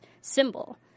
symbol